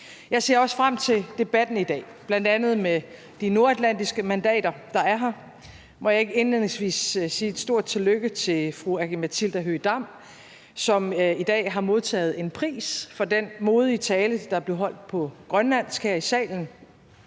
Jeg ser også frem til debatten i dag, bl.a. med de nordatlantiske mandater, der er her. Må jeg ikke indledningsvis sige stort tillykke til fru Aki-Matilda Høegh-Dam, som i dag har modtaget en pris for den modige tale, der blev holdt på grønlandsk her i salen.